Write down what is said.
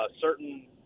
certain